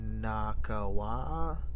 Nakawa